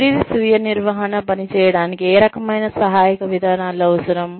career స్వీయ నిర్వహణ పని చేయడానికి ఏ రకమైన సహాయక విధానాలు అవసరం